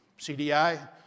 CDI